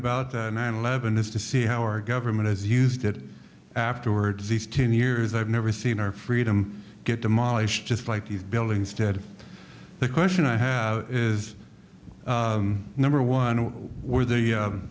about nine eleven is to see how our government has used it afterwards these ten years i've never seen our freedom get demolished just like these buildings ted the question i have is number one were they